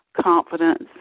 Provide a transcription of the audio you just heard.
confidence